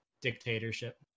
dictatorship